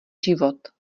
život